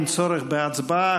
אין צורך בהצבעה.